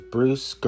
Bruce